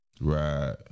Right